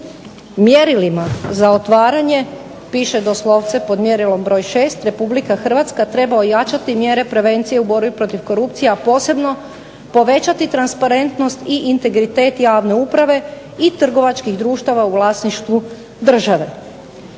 mjerilima za otvaranje piše doslovce pod mjerilom broj 6 "RH treba ojačati mjere prevencije u borbi protiv korupcije, a posebno povećati transparentnost i integritet javne uprave i trgovačkih društava u vlasništvu države".